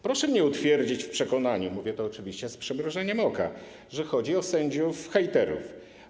Proszę mnie utwierdzić w przekonaniu - mówię to oczywiście z przymrużeniem oka - że chodzi o sędziów hejterów.